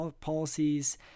policies